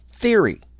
theory